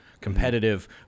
competitive